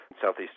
southeast